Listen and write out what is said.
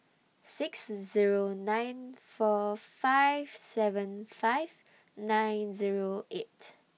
six Zero nine four five seven five nine Zero eight